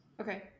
Okay